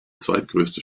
zweitgrößte